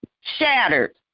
shattered